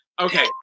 Okay